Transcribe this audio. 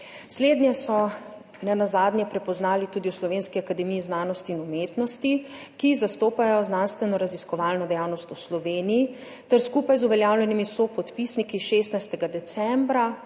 Slednje so nenazadnje prepoznali tudi na Slovenski akademiji znanosti in umetnosti, kjer zastopajo znanstvenoraziskovalno dejavnost v Sloveniji ter so skupaj z uveljavljenimi sopodpisniki s 16. decembra